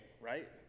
right